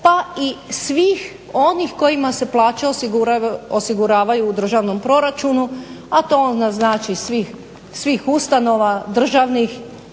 pa i svih onih kojima se plaće osiguravaju u državnom proračunu, a to onda znači svih ustanova, državnih